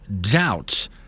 doubts